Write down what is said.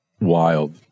Wild